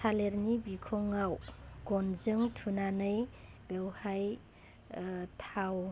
थालिरनि बिखुङाव गनजों थुनानै बेवहाय थाव